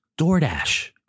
DoorDash